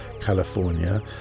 California